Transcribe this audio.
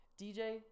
DJ